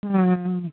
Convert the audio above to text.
ಹಾಂ